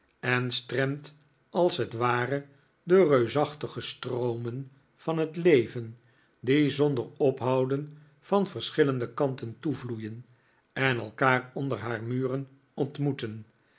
en stremt als het ware de reusachtige stroomen van het leven die zonder ophouden van verschillende kanten toevloeien en elkaar onder haar muren ontmoeten